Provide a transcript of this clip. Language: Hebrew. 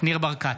ניר ברקת,